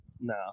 No